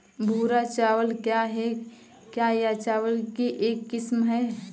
भूरा चावल क्या है? क्या यह चावल की एक किस्म है?